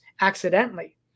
accidentally